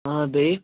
آ بیٚیہِ